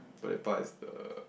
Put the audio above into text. Pelepah is the